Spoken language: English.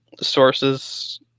sources